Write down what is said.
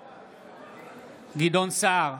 בעד גדעון סער,